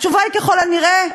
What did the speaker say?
התשובה היא ככל הנראה: